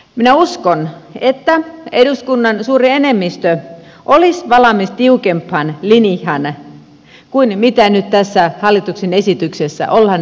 minä uskon että eduskunnan suuri enemmistö olisi valmis tiukempaan linjaan kuin mitä nyt tässä hallituksen esityksessä ollaan esittämässä